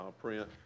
print